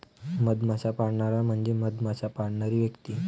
मधमाश्या पाळणारा म्हणजे मधमाश्या पाळणारी व्यक्ती